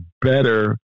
better